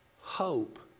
hope